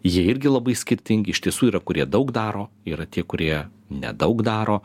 jie irgi labai skirtingi iš tiesų yra kurie daug daro yra tie kurie nedaug daro